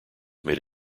made